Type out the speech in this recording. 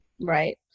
Right